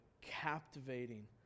captivating